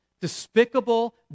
despicable